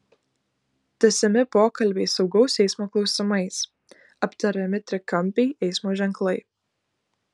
tęsiami pokalbiai saugaus eismo klausimais aptariami trikampiai eismo ženklai